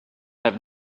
have